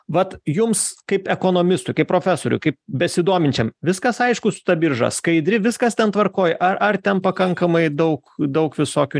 vat jums kaip ekonomistui kaip profesoriui kaip besidominčiam viskas aišku su ta birža skaidri viskas ten tvarkoj ar ar ten pakankamai daug daug visokių